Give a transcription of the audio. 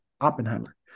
Oppenheimer